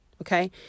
okay